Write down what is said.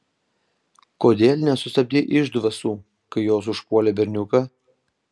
kodėl nesustabdei išdvasų kai jos užpuolė berniuką